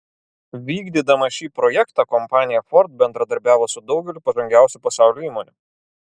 vykdydama šį projektą kompanija ford bendradarbiavo su daugeliu pažangiausių pasaulio įmonių